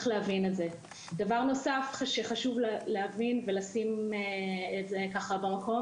דבר נוסף שחשוב להבין ולשים את זה במקום,